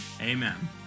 Amen